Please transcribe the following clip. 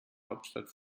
hauptstadt